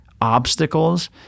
obstacles